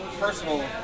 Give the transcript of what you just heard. personal